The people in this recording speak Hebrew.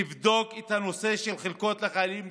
תבדוק את הנושא של חלקות לחיילים משוחררים.